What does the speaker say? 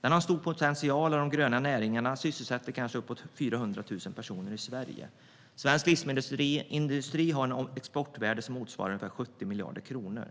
Den har en stor potential, och de gröna näringarna sysselsätter kanske 400 000 personer i Sverige. Svensk livsmedelsindustri har ett exportvärde motsvarande 70 miljarder kronor.